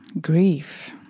grief